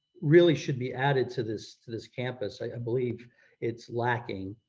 really should be added to this to this campus, i believe it's lacking.